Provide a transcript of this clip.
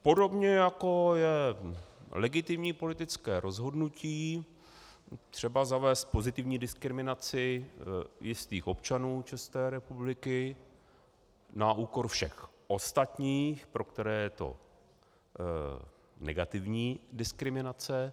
Podobně jako je legitimní politické rozhodnutí třeba zavést pozitivní diskriminaci jistých občanů České republiky na úkor všech ostatních, pro které je to negativní diskriminace.